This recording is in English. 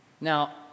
Now